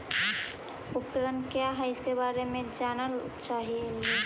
उपकरण क्या है इसके बारे मे जानल चाहेली?